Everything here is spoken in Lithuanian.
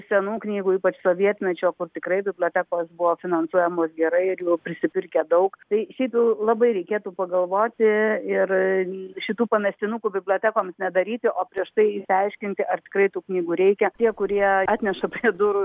senų knygų ypač sovietmečio kur tikrai bibliotekos buvo finansuojamos gerai ir jų prisipirkę daug tai šitų labai reikėtų pagalvoti ir šitų pamestinukų bibliotekoms nedaryti o prieš tai išsiaiškinti ar tikrai tų knygų reikia tie kurie atneša prie durų